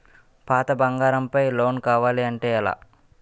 పాత బంగారం పై లోన్ కావాలి అంటే ఎలా?